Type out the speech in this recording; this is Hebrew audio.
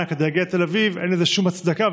כדי להגיע לתל אביב אין לזה שום הצדקה,